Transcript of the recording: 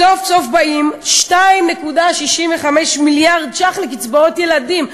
סוף-סוף באים 2.65 מיליארד שקלים לקצבאות ילדים,